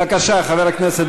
מה, אתה מחלק, טרור?